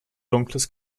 dunkles